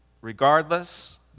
Regardless